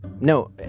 no